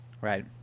Right